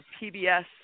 PBS